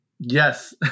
Yes